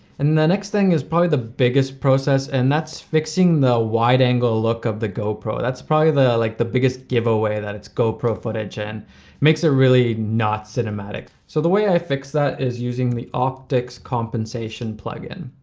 and the next thing is probably the biggest process, and that's fixing the wide-angle look of the go pro. that's probably the like the biggest give-away that it's go pro footage, and makes it really not cinematic. so the way i fix that is using the optics compensation plugin.